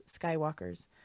Skywalkers